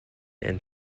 and